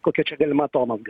kokia čia galima atomazga